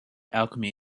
alchemy